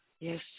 Yes